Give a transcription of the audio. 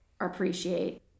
appreciate